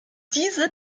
diese